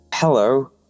hello